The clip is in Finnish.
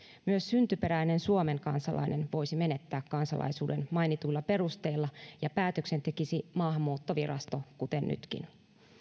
myös syntyperäinen suomen kansalainen voisi menettää kansalaisuuden mainituilla perusteilla ja päätöksen tekisi maahanmuuttovirasto kuten nytkin